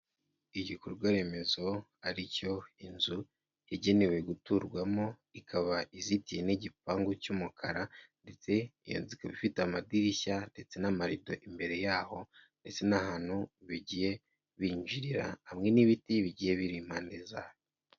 Igikorwaremezo ari cyo inzu igenewe guturwamo, ikaba izitiye n'igipangu cy'umukara ndetse iyo nzu ikaba ifite amadirishya ndetse n'amarido imbere yaho ndetse n'ahantu bigiye binjirira, hamwe n'ibiti bigiye biri impande zaho.